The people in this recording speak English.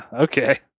Okay